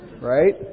Right